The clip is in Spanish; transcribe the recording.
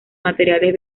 materiales